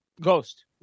Ghost